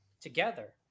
together